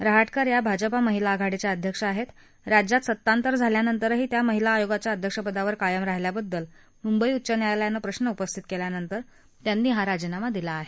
रहाटकर या भाजपा महिला आघाडीच्या अध्यक्ष आहेत राज्यात सत्तांतर झाल्यानंतरही त्या महिला आयोगाच्या अध्यक्ष पदावर कायम राहिल्याबद्दल मुंबई उच्च न्यायालयानं प्रश्न उपस्थित केल्यानंतर त्यांनी हा राजीनामा दिला आहे